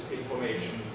information